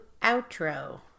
outro